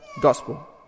gospel